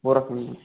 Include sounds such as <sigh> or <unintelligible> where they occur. <unintelligible>